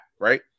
right